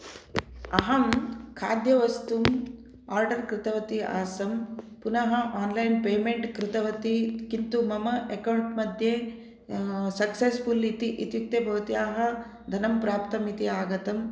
अहं खाद्यवस्तूं ओर्डर् कृतवती आसं पुनः आन्लैन् पेमेन्ट् कृतवती किन्तु मम एकौन्ट् मध्ये सक्सस्फुल् इति इत्युक्ते भवत्याः धनं प्राप्तम् इति आगतम्